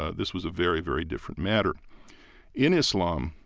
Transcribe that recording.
ah this was a very, very different matter in islam,